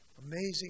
Amazing